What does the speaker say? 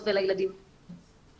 כי